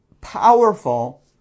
powerful